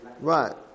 Right